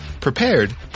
prepared